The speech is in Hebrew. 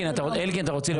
אלקין, אתה רוצה להיות נגד?